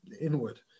inward